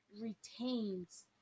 retains